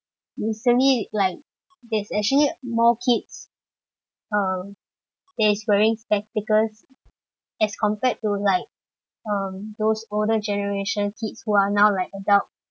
recently like there's actually more kids um that's wearing spectacles as compared to like um those older generation kids who are now like adult